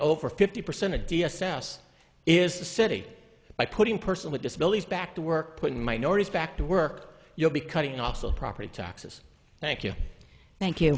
over fifty percent of d s s is the city by putting person with disabilities back to work putting minorities back to work you'll be cutting off the property taxes thank you thank you